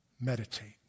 meditate